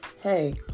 hey